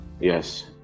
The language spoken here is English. yes